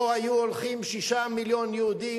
לא היו הולכים 6 מיליון יהודים,